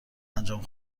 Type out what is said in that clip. انجام